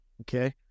okay